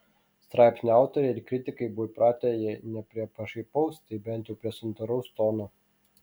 straipsnių autoriai ir kritikai buvo įpratę jei ne prie pašaipaus tai bent jau prie santūraus tono